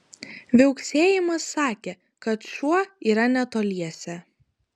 viauksėjimas sakė kad šuo yra netoliese